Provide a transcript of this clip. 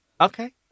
Okay